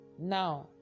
now